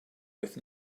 with